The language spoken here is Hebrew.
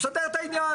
תסדר את העניין.